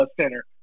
center